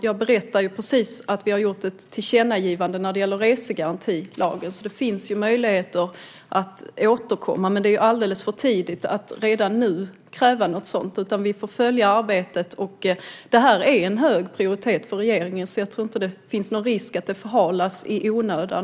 Jag berättade ju precis att vi har gjort ett tillkännagivande när det gäller resegarantilagen, så det finns möjligheter att återkomma, men det är alldeles för tidigt att redan nu kräva något sådant. Vi får följa arbetet, och det här har hög prioritet för regeringen, så jag tror inte att det finns någon risk att det förhalas i onödan.